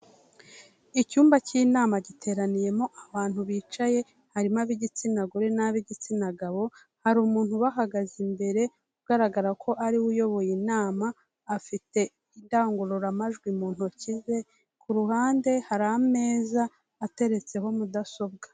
Icyumba cy'inama giteraniyemo abantu bicaye, harimo ab'igitsina gore nab'igitsina gabo, hari umuntu bahagaze imbere, ugaragara ko ariwe uyoboye inama, afite indangururamajwi mu ntoki ze, ku ruhande hari ameza ateretseho mudasobwa.